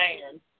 man